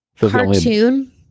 cartoon